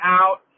out